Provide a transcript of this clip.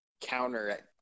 counter